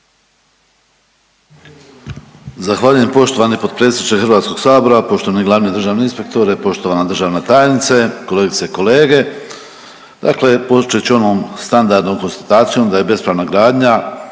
Zahvaljujem poštovani potpredsjedniče Hrvatskog sabora. Poštovani glavni državni inspektore, poštovana državna tajnice, kolegice i kolege, dakle počet ću onom standardnom konstatacijom da je bespravna granja